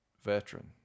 veteran